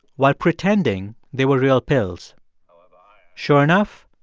while pretending they were real pills sure enough,